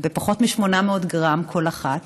פחות מ-800 גרם כל אחת.